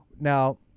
Now